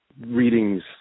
readings